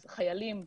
אז חיילים.